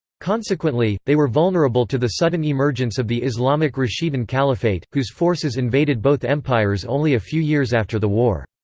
consequently, they were vulnerable to the sudden emergence of the islamic rashidun caliphate, whose forces invaded both empires only a few years after the war.